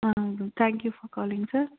ah thank you for calling sir